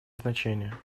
значение